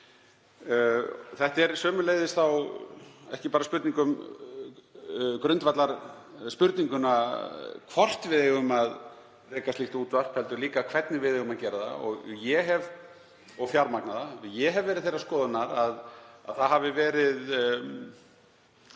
Þetta snýst sömuleiðis ekki bara um grundvallarspurninguna hvort við eigum að reka slíkt útvarp heldur líka hvernig við eigum að gera það og fjármagna það. Ég hef verið þeirrar skoðunar að átt hafi sér